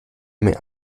mehr